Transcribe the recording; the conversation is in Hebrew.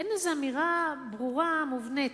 אין איזו אמירה ברורה מובנית.